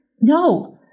No